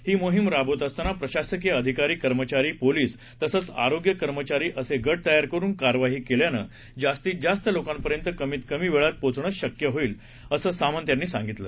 ही मोहिम राबवत असताना प्रशासकीय अधिकारी कर्मचारी पोलिस तसंच आरोग्य कर्मचारीअसे गट तयार करून कार्यवाही केल्यानं जास्तीत जास्त लोकांपर्यंत कमीत कमी वेळात पोचण शक्य होईल असं सामंत यांनी सांगितलं